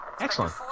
Excellent